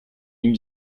ihm